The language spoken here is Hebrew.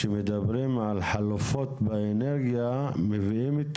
כאשר מדברים על חלופות באנרגיה מבינים את